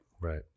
Right